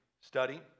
study